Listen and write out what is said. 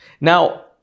now